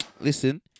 Listen